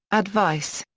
advice,